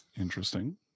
interesting